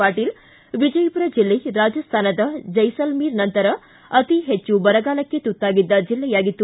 ಪಾಟೀಲ್ ವಿಜಯಪುರ ಜಿಲ್ಲೆ ರಾಜಸ್ಥಾನದ ಚ್ಯೆಸಲ್ಮೀರ್ ನಂತರ ಅತೀ ಹೆಚ್ಚು ಬರಗಾಲಕ್ಕೆ ತುತ್ತಾಗಿದ್ದ ಜಿಲ್ಲೆಯಾಗಿತ್ತು